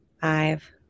five